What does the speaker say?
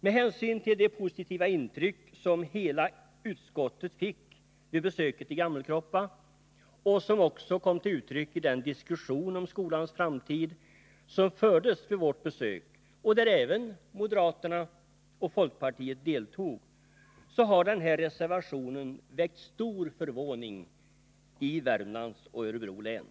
Med hänsyn till de positiva intryck som hela utskottet fick vid besöket i Gammelkroppa och som också kom till uttryck i den diskussion om skolans framtid som fördes vid vårt besök, där även moderaterna och folkpartiet deltog, så har den här reservationen väckt stor förvåning i Värmlands och Örebro län.